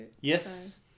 Yes